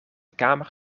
kamer